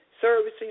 servicing